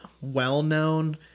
well-known